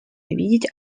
видеть